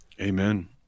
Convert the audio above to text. amen